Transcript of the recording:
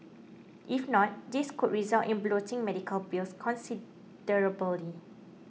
if not this could result in bloating medical bills considerably